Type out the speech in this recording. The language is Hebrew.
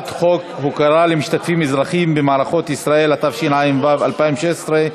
לך, תיגש, תשאל אותם, או שתשב לידם ותשמע.